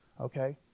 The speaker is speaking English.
okay